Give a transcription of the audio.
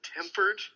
tempered